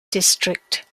district